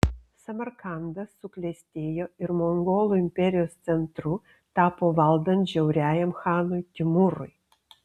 samarkandas suklestėjo ir mongolų imperijos centru tapo valdant žiauriajam chanui timūrui